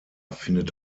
findet